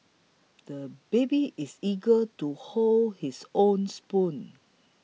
the baby is eager to hold his own spoon